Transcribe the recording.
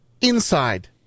inside